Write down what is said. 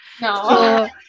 No